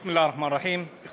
בסם אללה א-רחמאן א-רחים.